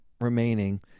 remaining